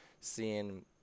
seeing –